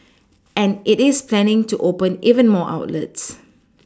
and it is planning to open even more outlets